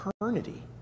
eternity